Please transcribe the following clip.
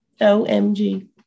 OMG